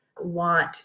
want